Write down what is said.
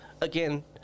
again